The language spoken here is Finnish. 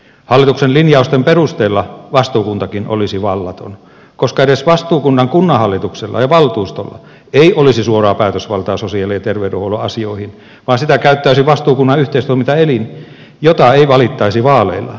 hallituksen linjausten perusteella vastuukuntakin olisi vallaton koska edes vastuukunnan kunnanhallituksella ja valtuustolla ei olisi suoraa päätösvaltaa sosiaali ja terveydenhuollon asioihin vaan sitä käyttäisi vastuukunnan yhteistoimintaelin jota ei valittaisi vaaleilla